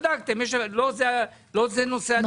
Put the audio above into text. לא זה נושא הדיון.